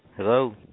Hello